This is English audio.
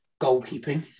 goalkeeping